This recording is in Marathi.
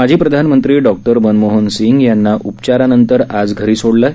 माजी प्रधानमंत्री डॉक्टर मनमोहन सिंग यांना उपचारानंतर आज घरी सोडलं आहे